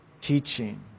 teaching